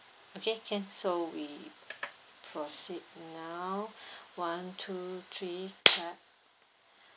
okay can so we proceed now one two three clap